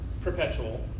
perpetual